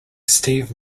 steve